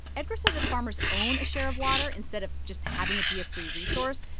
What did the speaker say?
edgar says if farmers own a share of water instead of just having it be a free resource,